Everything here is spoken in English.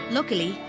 Luckily